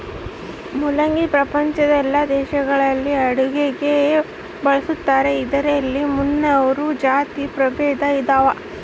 ಮುಲ್ಲಂಗಿ ಪ್ರಪಂಚದ ಎಲ್ಲಾ ದೇಶಗಳಲ್ಲಿ ಅಡುಗೆಗೆ ಬಳಸ್ತಾರ ಇದರಲ್ಲಿ ಮುನ್ನೂರು ಜಾತಿ ಪ್ರಭೇದ ಇದಾವ